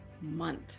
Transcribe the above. month